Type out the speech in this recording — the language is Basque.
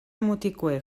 mutikoek